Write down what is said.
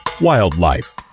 Wildlife